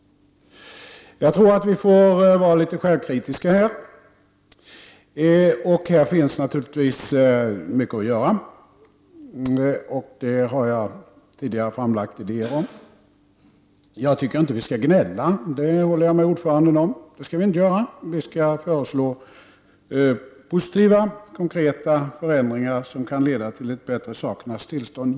Jag tror att vi får vara litet självkritiska. Här finns naturligtvis mycket att göra, och jag har tidigare framlagt idéer om detta. Jag tycker inte att vi skall gnälla. Det håller jag med ordföranden om. Vi skall föreslå positiva, konkreta förändringar som kan leda till ett bättre sakernas tillstånd.